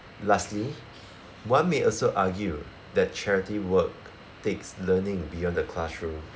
lastly one may also argue that charity work takes learning beyond the classroom